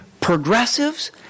progressives